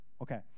Okay